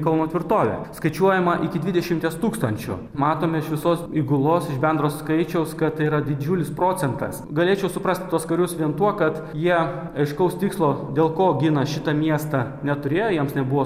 kauno tvirtovę skaičiuojama iki dvidešimties tūkstančių matome iš visos įgulos iš bendro skaičiaus kad tai yra didžiulis procentas galėčiau suprasti tuos karius vien tuo kad jie aiškaus tikslo dėl ko gina šitą miestą neturėjo jiems nebuvo